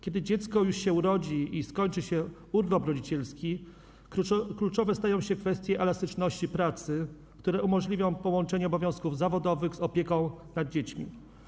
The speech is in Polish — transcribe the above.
Kiedy dziecko już się urodzi i skończy się urlop rodzicielski, kluczowe stają się kwestie elastyczności pracy, które umożliwią połączenie obowiązków zawodowych z opieką nad dziećmi.